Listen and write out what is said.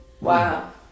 Wow